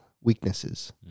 weaknesses